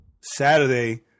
Saturday